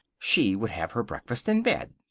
she would have her breakfast in bed.